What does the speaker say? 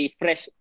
fresh